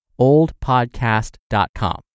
oldpodcast.com